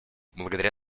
благодаря